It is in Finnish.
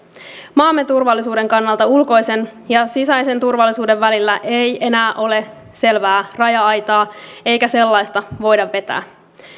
maamme turvallisuuden kannalta ulkoisen ja sisäisen turvallisuuden välillä ei enää ole selvää raja aitaa eikä sellaista voida vetää